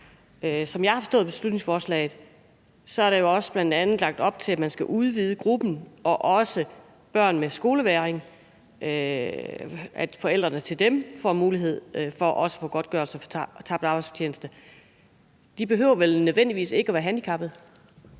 Som jeg har forstået beslutningsforslaget, er der jo bl.a. også lagt op til, at man skal udvide gruppen, så også forældrene til børn med skolevægring får mulighed for at få godtgørelse for tabt arbejdsfortjeneste. De børn behøver vel ikke nødvendigvis at være handicappede?